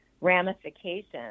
ramifications